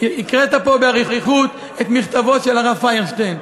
הקראת פה באריכות את מכתבו של הרב פיירשטיין.